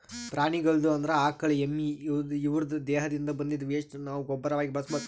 ಪ್ರಾಣಿಗಳ್ದು ಅಂದ್ರ ಆಕಳ್ ಎಮ್ಮಿ ಇವುದ್ರ್ ದೇಹದಿಂದ್ ಬಂದಿದ್ದ್ ವೆಸ್ಟ್ ನಾವ್ ಗೊಬ್ಬರಾಗಿ ಬಳಸ್ಬಹುದ್